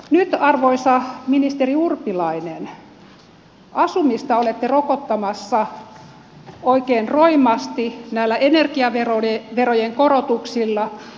nyt arvoisa ministeri urpilainen asumista olette rokottamassa oikein roimasti näillä energiaverojen korotuksilla